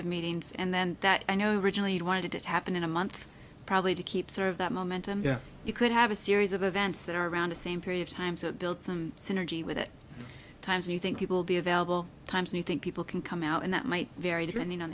of meetings and then that i know originally wanted to happen in a month probably to keep sort of that momentum you could have a series of events that are around the same period of time to build some synergy with at times you think people be available times and you think people can come out and that might vary depending on